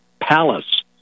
palace